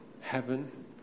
heaven